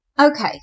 Okay